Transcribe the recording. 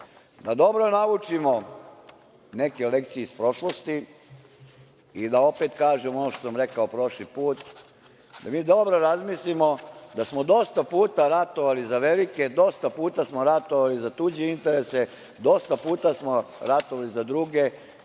dobro naučimo neke lekcije iz prošlosti i da, opet kažem ono što sam rekao prošli put, da mi dobro razmislimo da smo dosta puta ratovali za velike, dosta puta smo ratovali za tuđe interese, dosta puta smo ratovali za druge,